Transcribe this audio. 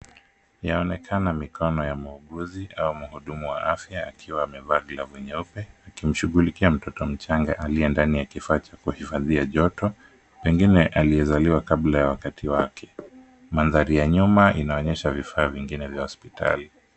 Inaonekana mikono ya muuguzi au mhudumu wa afya akiwa amevaa glavu nyeupe akimshughulikia mtoto mchanga aliye ndani ya kifaa cha kuhifadhia joto, pengine aliyezaliwa kabla ya wakati wake. Mandhari ya nyuma inaonyesha vifaa vingine vya hospitali.